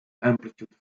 amplitude